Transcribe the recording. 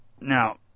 Now